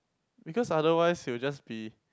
because otherwise it will just be